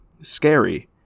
Scary